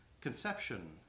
conception